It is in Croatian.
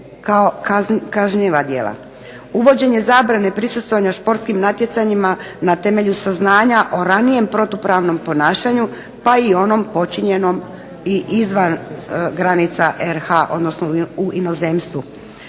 kao kažnjiva djela. Uvođenje zabrane prisustvovanja športskim natjecanjima na temelju saznanja o ranijem protupravnom ponašanju, pa i onom počinjenom i izvan granica RH odnosno u inozemstvu.